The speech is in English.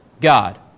God